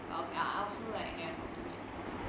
well okay lah I also like never talk to him